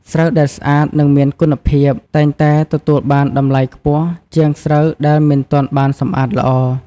ស្រូវដែលស្អាត និងមានគុណភាព តែងតែទទួលបានតម្លៃខ្ពស់ជាងស្រូវដែលមិនទាន់បានសម្អាតល្អ។